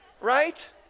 right